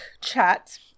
chat